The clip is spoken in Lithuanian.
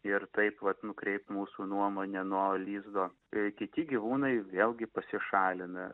ir taip vat nukreipt mūsų nuomone nuo lizdo i kiti gyvūnai vėlgi pasišalina